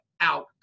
out